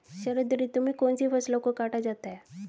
शरद ऋतु में कौन सी फसलों को काटा जाता है?